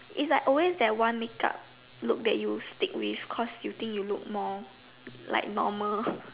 is like always that one make up look that you stick with cause you think you look more like normal